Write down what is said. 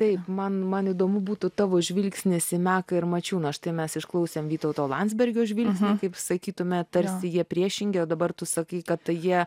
taip man man įdomu būtų tavo žvilgsnis į meką ir mačiūną štai mes išklausėm vytauto landsbergio žvilgsnį kaip sakytume tarsi jie priešingi o dabar tu sakai kad jie